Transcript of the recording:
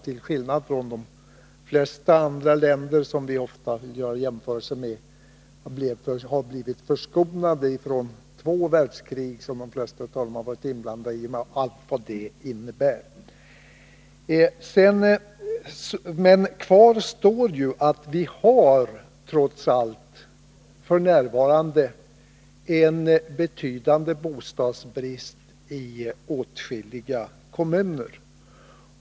Till skillnad från de flesta andra länder som vi ofta gör jämförelser med har vi i vårt land blivit förskonade från två världskrig. De flesta av dem har varit inblandade i sådana — med allt vad det innebär. Men kvar står att vi trots allt f.n. har en betydande bostadsbrist i åtskilliga kommuner.